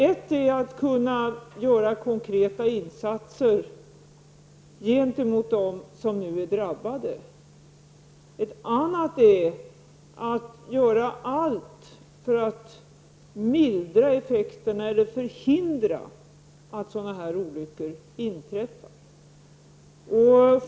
Ett är att man skall kunna göra konkreta insatser till hjälp för dem som nu är drabbade. Ett annat skäl är att man vill göra allt för att mildra effekterna av eller förhindra att sådana här olyckor inträffar.